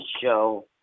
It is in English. show